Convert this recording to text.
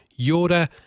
Yoda